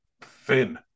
thin